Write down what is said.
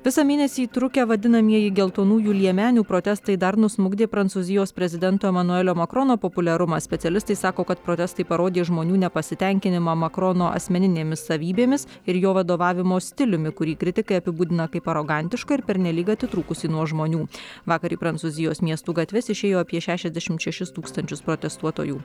visą mėnesį trukę vadinamieji geltonųjų liemenių protestai dar nusmukdė prancūzijos prezidento emanuelio makrono populiarumą specialistai sako kad protestai parodė žmonių nepasitenkinimą makrono asmeninėmis savybėmis ir jo vadovavimo stiliumi kurį kritikai apibūdina kaip arogantišką ir pernelyg atitrūkusį nuo žmonių vakar į prancūzijos miestų gatves išėjo apie šešiasdešimt šešis tūkstančius protestuotojų